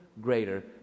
greater